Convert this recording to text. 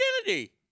identity